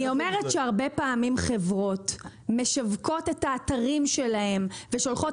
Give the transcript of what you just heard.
אני אומרת שהרבה פעמים חברות משווקות את האתרים שלהם ושולחות